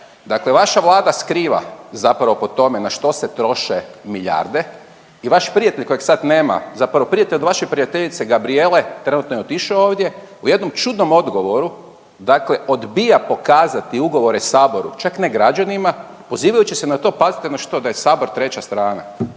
dakle vaša Vlada skriva zapravo po tome na što se troše milijarde i vaš prijatelj kojeg sad nema zapravo prijatelj od vaše prijateljice Gabrijele, trenutno je otišao ovdje, u jednom čudnom odgovoru dakle odbija pokazati ugovore saboru, čak ne građanima, pozivajući se na to pazite na što, da je sabor treća strana.